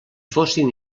fossin